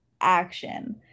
action